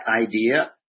idea